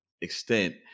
extent